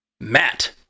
Matt